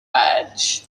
badge